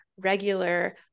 regular